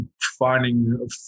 finding